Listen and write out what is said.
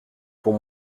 pour